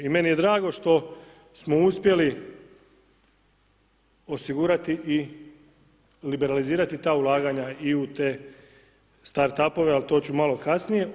I meni je drago što smo uspjeli osigurati i liberalizirati ta ulaganja i u te starup-ove ali to ću malo kasnije.